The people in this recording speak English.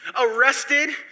arrested